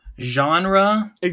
Genre